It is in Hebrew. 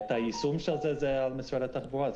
היישום של זה זה על משרד התחבורה,